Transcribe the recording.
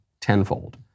tenfold